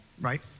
right